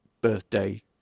birthday